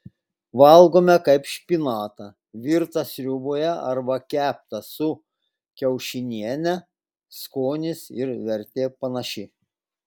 valgome kaip špinatą virtą sriuboje arba keptą su kiaušiniene skonis ir vertė panaši